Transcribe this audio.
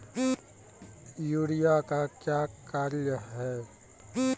Urea का क्या कार्य हैं?